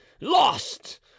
Lost